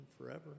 forever